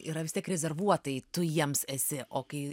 yra vis tiek rezervuotai tu jiems esi o kai